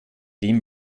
dem